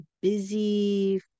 busy